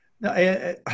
No